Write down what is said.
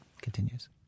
continues